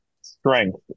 strength